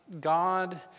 God